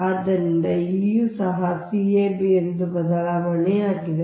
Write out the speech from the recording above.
ಆದ್ದರಿಂದ ಇಲ್ಲಿಯೂ ಸಹ c a b ಎಂದು ಬದಲಾವಣೆಯಾಗಿದೆ